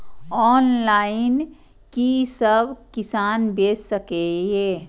Online कि सब किसान बैच सके ये?